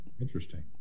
Interesting